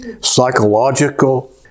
psychological